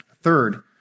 Third